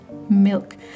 milk